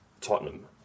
tottenham